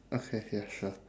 okay ya sure